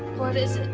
what is it?